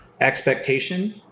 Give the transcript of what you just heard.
expectation